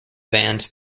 band